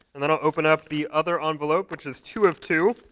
and then i'll open up the other envelope, which is two of two.